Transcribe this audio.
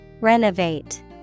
Renovate